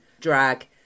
drag